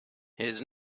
his